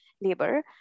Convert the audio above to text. labor